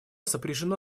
сопряжено